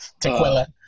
Tequila